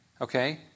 okay